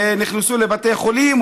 נכנסו לבתי חולים,